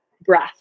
breath